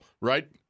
right